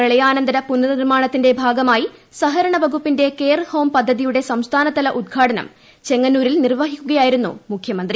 പ്രളയാനന്തര പുനർനിർമാണത്തിന്റെ ഭാഗമായി സഹകരണ വകുപ്പിന്റെ കെയർ ഹോം പദ്ധതിയുടെ സംസ്ഥാനതല ഉദ്ഘാടനം ചെങ്ങന്നൂരിൽ നിർവഹിക്കുകയായിരുന്നു മുഖ്യമന്ത്രി